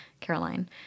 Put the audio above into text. Caroline